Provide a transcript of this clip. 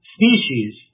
species